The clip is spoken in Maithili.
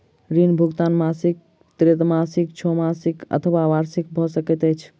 ऋण भुगतान मासिक त्रैमासिक, छौमासिक अथवा वार्षिक भ सकैत अछि